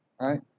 right